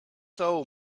soul